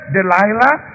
Delilah